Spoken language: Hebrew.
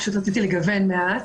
פשוט רציתי לגוון מעט.